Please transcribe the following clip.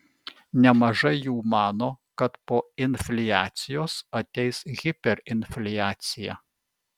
nemažai jų mano kad po infliacijos ateis hiperinfliacija